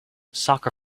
soccer